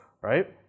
right